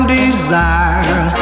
desire